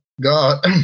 God